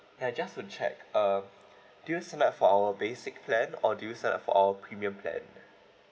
uh just to check uh do you sign up for our basic plan or do you sign up for our premium plan